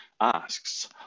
asks